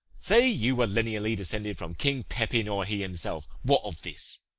say you were lineally descended from king pepin, or he himself, what of this?